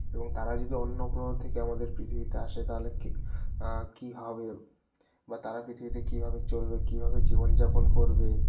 এবং তারা যদি অন্য গ্রহ থেকে আমাদের পৃথিবীতে আসে তাহলে কী কী হবে বা তারা পৃথিবীতে কীভাবে চলবে কীভাবে জীবনযাপন করবে